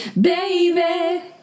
baby